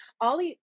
Ollie